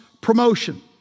promotion